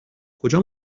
کجا